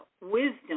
wisdom